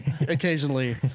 occasionally